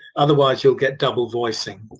otherwise you'll get double voicing.